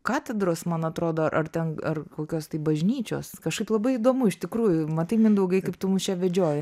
katedros man atrodo ar ten ar kokios tai bažnyčios kažkaip labai įdomu iš tikrųjų matai mindaugai kaip tu mus čia vedžioji